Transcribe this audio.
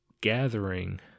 gathering